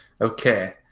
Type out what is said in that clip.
okay